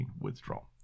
withdrawal